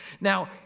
Now